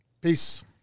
Peace